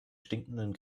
stinkenden